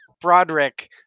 Broderick